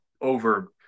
over